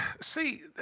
See